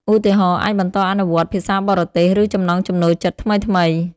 ឧទាហរណ៍ អាចបន្តអនុវត្តភាសាបរទេស ឬចំណង់ចំណូលចិត្តថ្មីៗ។